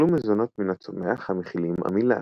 אכלו מזונות מן הצומח המכילים עמילן.